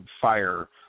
fire